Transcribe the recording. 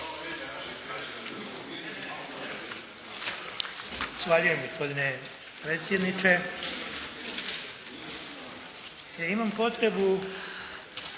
Zahvaljujem gospodine predsjedniče. Imam potrebu